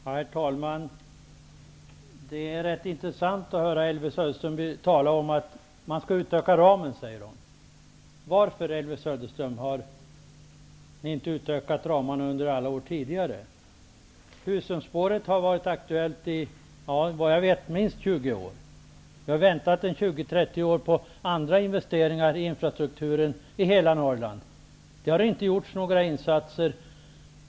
Herr talman! Det är rätt intressant att höra Elvy Söderström. Hon säger att man skall utöka ramen. Varför har ni inte utökat ramarna under alla år tidigare? Husumspåret har, vad jag vet, varit aktuellt i minst 20 år. Vi har väntat i 20--30 år på andra investeringar i infrastrukturen i hela Norrland. Det har inte gjorts några insatser.